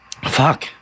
Fuck